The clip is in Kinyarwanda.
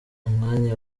umwanya